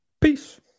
peace